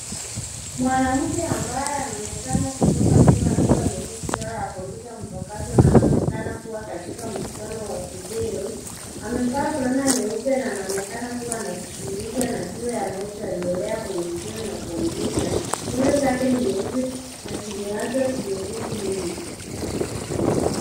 Mwanamke ambaye anaonekana kutoka nyuma akiwa ameketi mbele ya kompyuta mpakato na anaonekana kuwa katika mkutano wa video. Amevaa fulana nyeupe na anaonekana kuwa anajishughulisha na kile kinachoendelea kwenye skrini ya kompyuta. Nywele zake ni nyeusi na zimewachwa zimerudi nyuma.